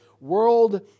world